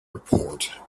report